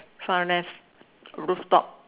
far left roof top